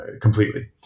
completely